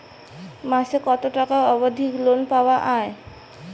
মাসে কত টাকা অবধি লোন পাওয়া য়ায়?